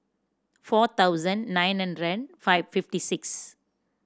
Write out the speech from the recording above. four thousand nine hundred five fifty six